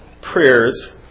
prayers